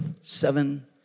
seven